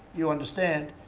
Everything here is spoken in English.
you understand.